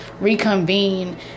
reconvene